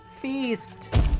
feast